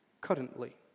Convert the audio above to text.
currently